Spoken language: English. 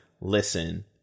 listen